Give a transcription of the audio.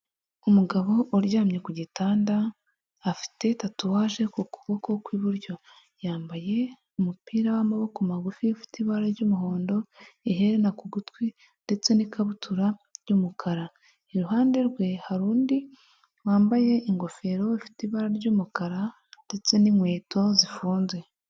Umugabo uryamye ku gitanda afite tatuwaje ku kuboko kw'iburyo, yambaye umupira w'amaboko magufi ufite ibara ry'umuhondo, iherena ku gutwi ndetse n'ikabutura y'umukara, iruhande rwe hari undi wambaye ingofero ifite ibara ry'umukara ndetse n'inkweto zifunze.